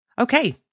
Okay